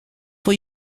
for